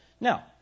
Now